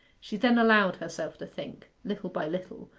she then allowed herself to think, little by little,